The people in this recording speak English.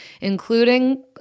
including